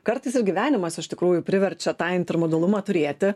kartais ir gyvenimas iš tikrųjų priverčia tą intermodalumą turėti